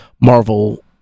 marvel